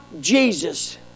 Jesus